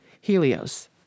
Helios